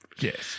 Yes